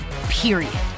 period